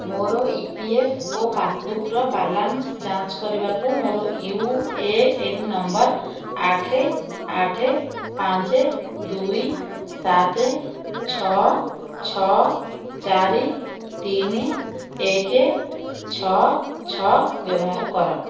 ମୋର E P F ଓ ପାସ୍ବୁକ୍ର ବାଲାନ୍ସ ଯାଞ୍ଚ କରିବାକୁ ମୋର ୟୁ ଏ ଏନ୍ ନମ୍ବର ଆଠ ଆଠ ପାଞ୍ଚ ଦୁଇ ସାତ ଛଅ ଛଅ ଚାରି ତିନି ଏକ ଛଅ ଛଅ ବ୍ୟବହାର କର